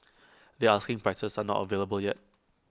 their asking prices are not available yet